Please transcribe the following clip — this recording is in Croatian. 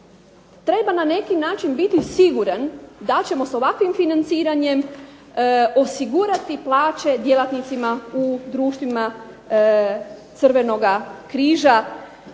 treba na neki način biti siguran da ćemo sa ovakvim financiranjem osigurati plaće djelatnicima u društvima Crvenoga križa,